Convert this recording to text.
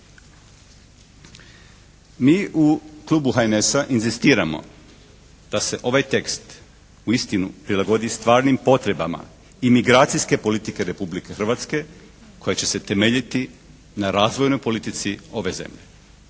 Mi u klubu HNS-a inzistiramo da se ovaj tekst uistinu prilagodi stvarnim potrebama imigracijske politike Republike Hrvatske, koja će se temeljiti na razvojnoj politici ove zemlje.